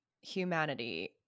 humanity